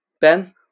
Ben